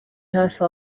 hafi